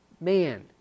man